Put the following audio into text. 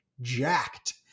jacked